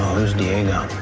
who's diego?